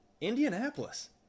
Indianapolis